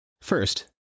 First